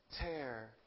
tear